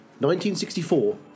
1964